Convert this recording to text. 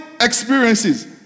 experiences